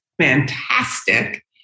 fantastic